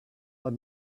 let